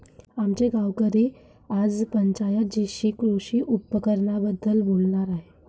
आमचे गावकरी आज पंचायत जीशी कृषी उपकरणांबद्दल बोलणार आहेत